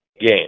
game